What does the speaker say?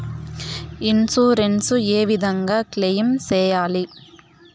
Insurance ఏ విధంగా claim సేయాలి?